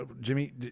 jimmy